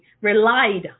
relied